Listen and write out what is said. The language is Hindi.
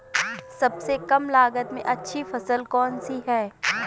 सबसे कम लागत में अच्छी फसल कौन सी है?